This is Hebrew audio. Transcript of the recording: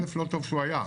א', לא טוב שהוא היה,